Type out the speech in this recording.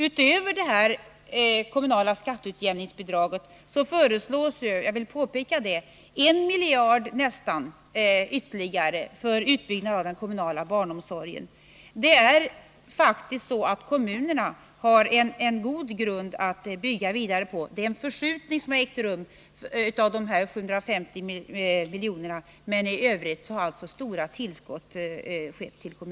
Utöver det kommunala skatteutjämningsbidraget föreslås också — jag vill påpeka detta — nästan 1 miljard kronor ytterligare för utbyggnad av den kommunala barnomsorgen. Kommunerna har faktiskt en god grund att bygga vidare på. En förskjutning har ägt rum av dessa 750 milj.kr., men i övrigt har kommunerna fått stora tillskott.